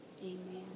amen